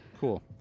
Cool